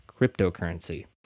cryptocurrency